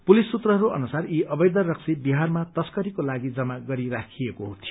police सूत्रहरू अनुसा यी अवैध रक्सी बिहारमा तश्करीको लागि जमा गरी राखिएको थियो